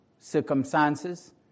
Circumstances